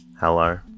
Hello